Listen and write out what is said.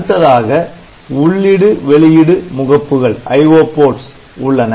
அடுத்ததாக உள்ளிடு வெளியிடு முகப்புகள் IO ports உள்ளன